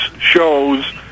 shows